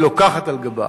והיא לוקחת על גבה.